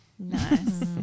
Nice